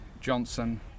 Johnson